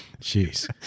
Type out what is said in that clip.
jeez